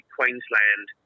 Queensland